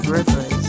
rivers